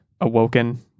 awoken